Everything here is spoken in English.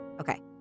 Okay